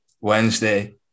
Wednesday